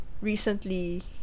recently